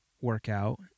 workout